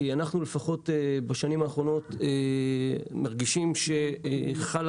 כי בשנים האחרונות אנחנו מרגישים שחלה